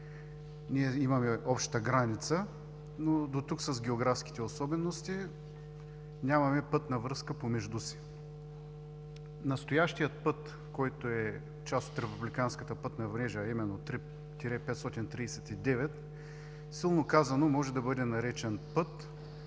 Имаме обща граница. Дотук с географските особености. Нямаме пътна връзка помежду си. Настоящият път, който е част от републиканската пътна мрежа, а именно ІІІ 539, силно казано, може да бъде наречен път,